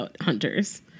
Hunters